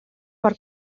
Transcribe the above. per